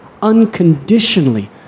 unconditionally